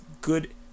good